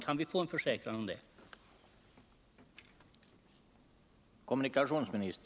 Kan vi få en försäkran om det?